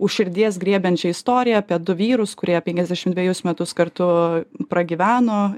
už širdies griebiančią istoriją apie du vyrus kurie penkiasdešimt dvejus metus kartu pragyveno